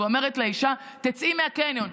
ואומרת לאישה: תצאי מהקניון,